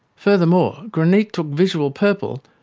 furthermore, granit took visual purple,